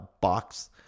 box